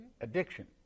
addiction